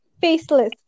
faceless